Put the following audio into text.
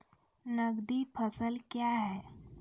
नगदी फसल क्या हैं?